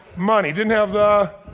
money. didn't have the,